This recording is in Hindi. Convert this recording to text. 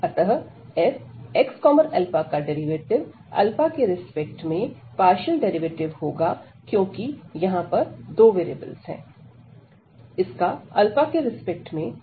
अतः fxα का डेरिवेटिव के रिस्पेक्ट में पार्शियल डेरिवेटिव होगा क्योंकि यहां पर दो वेरिएबलस हैं